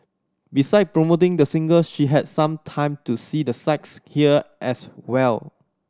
beside promoting the single she had some time to see the sights here as well